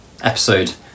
episode